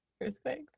Earthquake